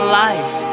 life